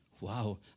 Wow